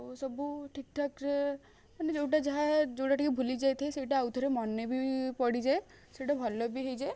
ଆଉ ସବୁ ଠିକ୍ ଠାକ୍ ରେ ମାନେ ଯେଉଁଟା ଯାହା ଯେଉଁଟା ଟିକେ ଭୁଲି ଯାଇଥାଏ ସେଇଟା ଆଉଥରେ ମନେ ବି ପଡ଼ିଯାଏ ସେଇଟା ଭଲ ବି ହେଇଯାଏ